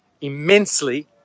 immensely